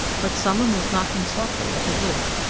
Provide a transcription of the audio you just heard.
but some one was knocking softly at the door,